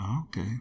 Okay